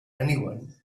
anyone